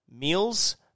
meals